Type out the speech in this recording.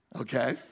Okay